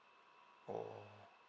oh